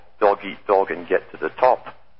dog-eat-dog-and-get-to-the-top